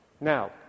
Now